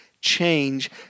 change